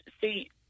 see